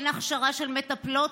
אין הכשרה של מטפלות,